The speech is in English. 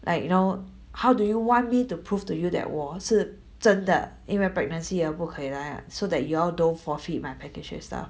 like you know how do you want me to prove to you that 我是真的因为 pregnancy 而不可以来 [what] so that you all don't forfeit my package and stuff